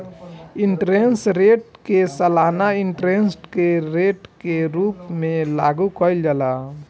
interest rate के सालाना interest rate के रूप में लागू कईल जाला